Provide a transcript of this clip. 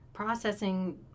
processing